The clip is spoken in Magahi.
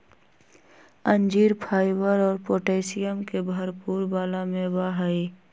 अंजीर फाइबर और पोटैशियम के भरपुर वाला मेवा हई